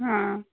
हाँ